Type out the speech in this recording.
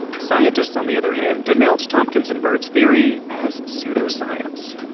scientists on the other hand denounced tompkins and bird's theory as pseudoscience